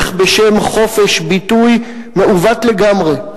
איך בשם חופש ביטוי מעוות לגמרי,